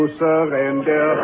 surrender